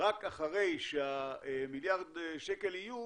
רק אחרי שמיליארד השקל יהיו,